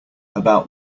about